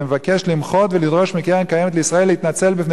אני מבקש למחות ולדרוש מהקרן הקיימת לישראל להתנצל בפני